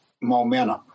momentum